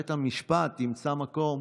בית המשפט ימצא מקום